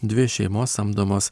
dvi šeimos samdomos